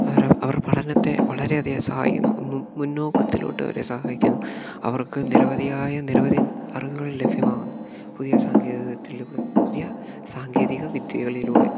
അവരെ അവരുടെ പഠനത്തെ വളരെയധികം സഹായിക്കുന്നു മുന്നോക്കത്തിലോട്ട് അവരെ സഹായിക്കുന്നു അവർക്ക് നിരവധിയായ നിരവധി അറിവുകളിൽ ലഭ്യമാകുന്നു പുതിയ സാങ്കേതികത്തിലൂടെ പുതിയ സാങ്കേതികവിദ്യകളിലൂടെ